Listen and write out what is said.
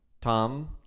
Tom